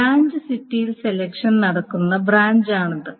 branch സിറ്റിയിൽ selection നടത്തുന്ന ബ്രാഞ്ചാണിത്